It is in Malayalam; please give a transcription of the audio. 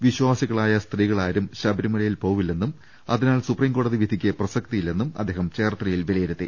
വിശ്വാസി കളായ സ്ത്രീകളാരും ശബരിമലയിൽ പോകില്ലെന്നും അതിനാൽ സുപ്രീംകോടതി വിധിക്ക് പ്രസക്തിയില്ലെന്നും അദ്ദേഹം വിലയി രുത്തി